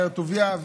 באר טוביה,